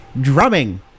drumming